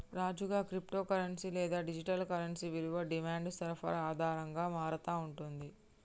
రాజుగా, crypto currency లేదా digital currency విలువ డిమాండ్ సరఫరా ఆధారంగా మారతా ఉంటుంది